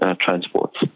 transports